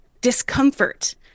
discomfort